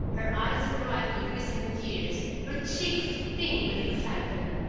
her eyes bright with recent tears, her cheeks pink with excitement.